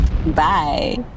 Bye